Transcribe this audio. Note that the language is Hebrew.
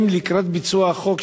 האם לקראת ביצוע החוק,